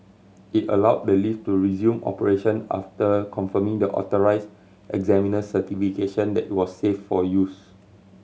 it allow the lift to resume operation after confirming the authorise examiner's certification that it was safe for use